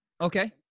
Okay